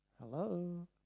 Hello